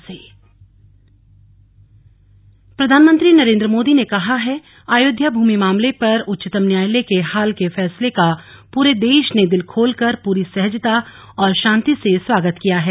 मन की बात प्रधानमंत्री नरेन्द्र मोदी ने कहा है अयोध्या भूमि मामले पर उच्चतम न्यायालय के हाल के फैसले का पूरे देश ने दिल खोलकर पूरी सहजता और शांति से स्वागत किया है